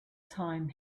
time